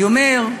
אני אומר: